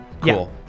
Cool